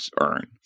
earn